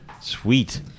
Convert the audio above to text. Sweet